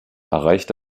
erreichte